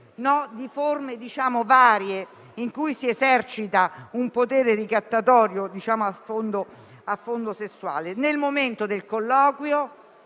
di altro con cui si esercita un potere ricattatorio a sfondo sessuale. Nel momento del colloquio